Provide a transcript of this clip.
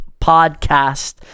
podcast